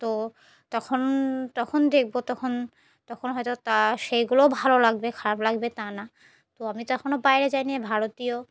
তো তখন তখন দেখবো তখন তখন হয়তো তা সেইগুলো ভালো লাগবে খারাপ লাগবে তা না তো আমি তো এখনও বাইরে যাইনি ভারতীয়